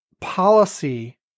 policy